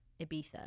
ibiza